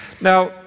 Now